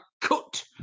Cut